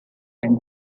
and